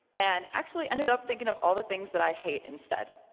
and actually ended up thinking of all the things that i hate instead